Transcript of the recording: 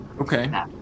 Okay